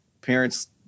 parents